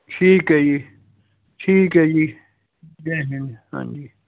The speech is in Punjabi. ਠੀਕ ਹੈ ਜੀ ਠੀਕ ਹੈ ਜੀ ਜੈ ਹਿੰਦ ਹਾਂਜੀ